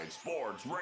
Sports